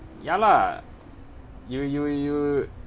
ya lah you you you